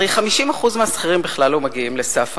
הרי 50% מהשכירים בכלל לא מגיעים לסף המס.